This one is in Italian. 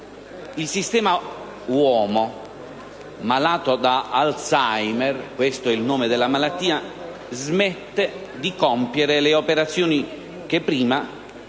Il sistema "uomo malato di Alzheimer" (questo è il nome della malattia) smette di compiere le operazioni che prima venivano